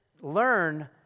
learn